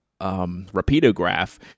RapidoGraph